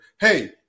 hey